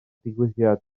digwyddiad